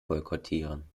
boykottieren